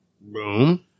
Boom